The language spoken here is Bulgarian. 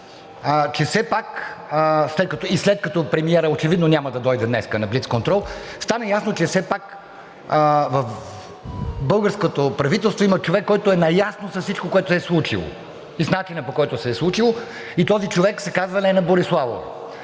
след като и премиерът очевидно няма да дойде днес на блицконтрол, стана ясно, че все пак в българското правителство има човек, който е наясно с всичко, което се е случило, и с начина, по който се е случило. Този човек се казва Лена Бориславова.